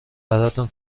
براتون